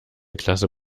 klasse